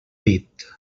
dit